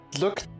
look